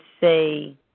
say